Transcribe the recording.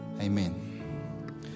Amen